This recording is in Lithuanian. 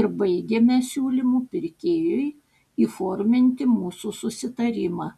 ir baigėme siūlymu pirkėjui įforminti mūsų susitarimą